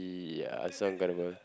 ya